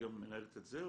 היא גם מנהלת את הפרוגרמות?